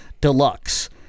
Deluxe